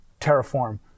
terraform